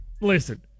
listen